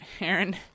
Aaron